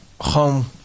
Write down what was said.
home